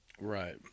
Right